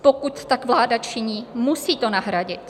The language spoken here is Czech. Pokud tak vláda činí, musí to nahradit.